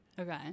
Okay